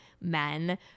men